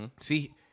See